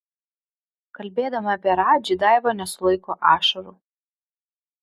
kalbėdama apie radži daiva nesulaiko ašarų